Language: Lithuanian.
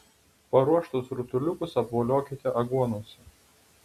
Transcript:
paruoštus rutuliukus apvoliokite aguonose